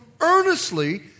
earnestly